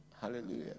Hallelujah